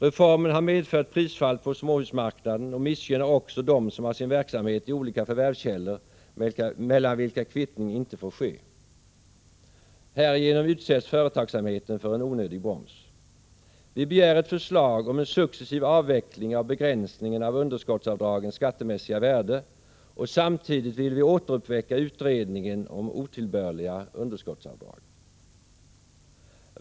Reformen har medfört prisfall på småhusmarknaden och missgynnar också dem som har sin verksamhet i olika förvärvskällor mellan vilka kvittning inte får ske. Härigenom utsätts företagssamheten för en onödig broms. Vi begär ett förslag om en successiv avveckling av begränsningen av underskottsavdragens skattemässiga värde och samtidigt vill vi återuppväcka utredningen om otillbörliga underskottsavdrag.